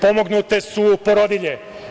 Pomognute su porodilje.